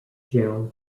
general